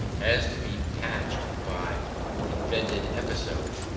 has to be patched by invented episodes,